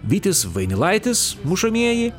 vytis vainilaitis mušamieji